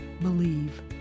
believe